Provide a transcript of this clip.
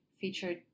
featured